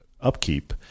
upkeep